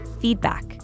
feedback